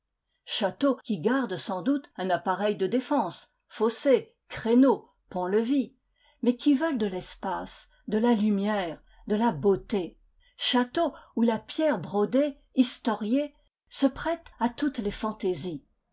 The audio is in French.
teaux qui gardent sans doute un appareil de défense fossés créneaux ponts-levis mais qui veulent de l'espace de la lumière de la beauté châteaux où la pierre brodée historiée se prête à toutes les fantaisies